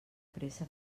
pressa